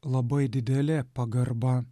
labai didelė pagarba